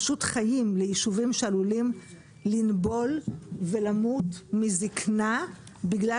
פשוט חיים ליישובים שעלולים לנבול ולמות מזקנה בגלל